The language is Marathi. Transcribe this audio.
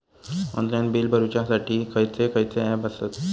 ऑनलाइन बिल भरुच्यासाठी खयचे खयचे ऍप आसत?